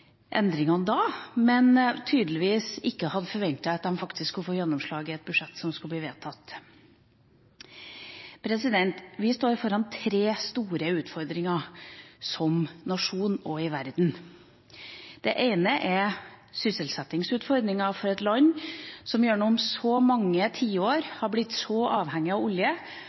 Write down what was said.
endringene da, men de hadde tydeligvis ikke forventet at de faktisk skulle få gjennomslag i et budsjett som skulle bli vedtatt. Vi står foran tre store utfordringer som nasjon og i verden. Den ene er sysselsettingsutfordringa for et land som gjennom mange tiår